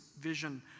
vision